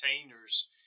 containers